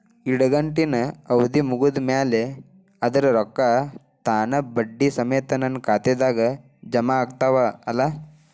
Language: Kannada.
ಇಡಗಂಟಿನ್ ಅವಧಿ ಮುಗದ್ ಮ್ಯಾಲೆ ಅದರ ರೊಕ್ಕಾ ತಾನ ಬಡ್ಡಿ ಸಮೇತ ನನ್ನ ಖಾತೆದಾಗ್ ಜಮಾ ಆಗ್ತಾವ್ ಅಲಾ?